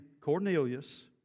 Cornelius